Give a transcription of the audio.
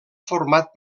format